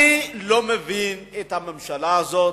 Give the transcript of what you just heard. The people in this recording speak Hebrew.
אני לא מבין את הממשלה הזאת,